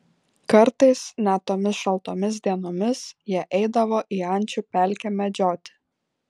kartais net tomis šaltomis dienomis jie eidavo į ančių pelkę medžioti